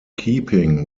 keeping